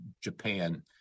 Japan